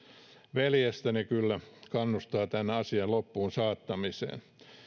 veljestäni kyllä kannustaa tämän asian loppuunsaattamiseen